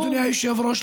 אדוני היושב-ראש,